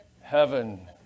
heaven